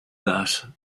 that